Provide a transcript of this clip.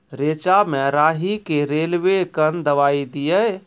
रेचा मे राही के रेलवे कन दवाई दीय?